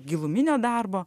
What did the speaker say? giluminio darbo